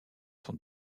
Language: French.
sont